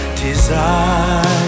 desire